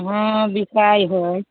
हँ बिकाइ हइ